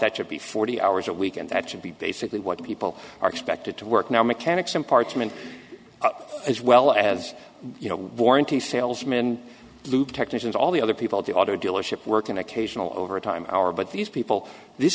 that should be forty hours a week and that should be basically what people are expected to work now mechanics and parts meant as well as you know warranty salesmen loop technicians all the other people at the auto dealership work an occasional overtime hour but these people this